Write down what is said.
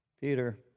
Peter